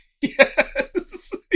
Yes